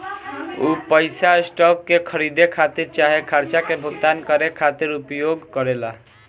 उ पइसा स्टॉक के खरीदे खातिर चाहे खर्चा के भुगतान करे खातिर उपयोग करेला